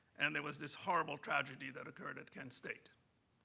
and there was this horrible tragedy that occurred at kent state.